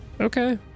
Okay